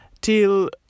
till